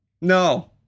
No